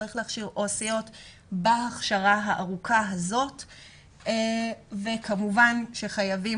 צריך להכשיר עו"סיות בהכשרה הארוכה הזאת וכמובן שחייבים